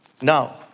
Now